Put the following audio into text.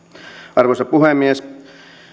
arvoisa puhemies